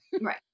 Right